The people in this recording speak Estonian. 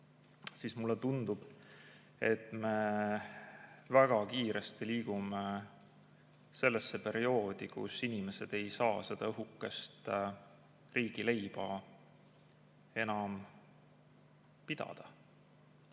pikk. Mulle tundub, et me väga kiiresti liigume sellesse perioodi, kui inimesed ei saa seda õhukest riigileiba enam endale